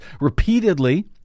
repeatedly